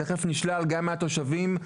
תיכף נשלל גם מהתושבים,